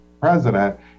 president